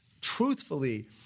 truthfully